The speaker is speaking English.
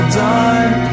done